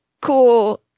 cool